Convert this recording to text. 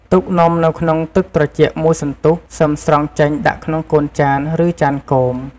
ទុកនំនៅក្នុងទឹកត្រជាក់មួយសន្ទុះ សឹមស្រង់ចេញដាក់ក្នុងកូនចាន ឬចានគោម។